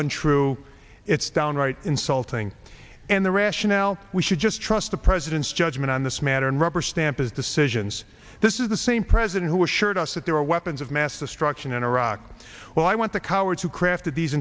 untrue it's downright insulting and the rationale we should just trust the president's judgment on this matter and rubber stamp his decisions this is the same president who assured us that there were weapons of mass destruction in iraq well i want the cowards who crafted these